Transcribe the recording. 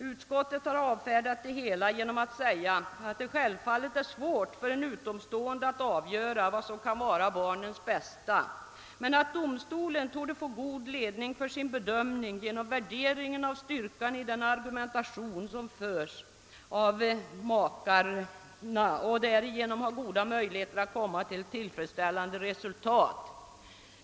Utskottet har avfärdat detta genom att uttala att det självfallet är svårt för en utomstående att avgöra vad som kan vara barnens bästa men att domstolen dock torde »få god ledning för sin bedömning genom värderingen av styrkan i den argumentation som förs av makarna och därigenom ha goda möjligheter att komma till ett tillfredsställande resultat».